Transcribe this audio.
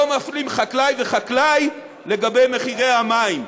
לא מפלים בין חקלאי וחקלאי, לגבי מחירי המים.